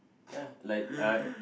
ya like uh